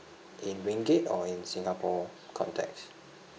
in ringgit or in singapore context